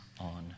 on